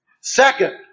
Second